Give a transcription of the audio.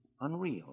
unreal